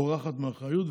בורחת מאחריות,